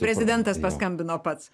prezidentas paskambino pats